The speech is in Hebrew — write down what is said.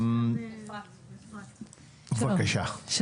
בבקשה, אפרת.